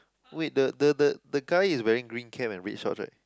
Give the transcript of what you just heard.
wait the the the the guy is wearing green cap and red shorts right